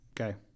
Okay